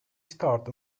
start